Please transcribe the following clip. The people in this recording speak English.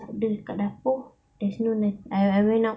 tak ada kat dapur there's no I went